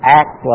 act